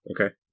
Okay